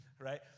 Right